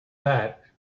that